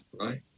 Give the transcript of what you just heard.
Right